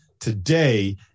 today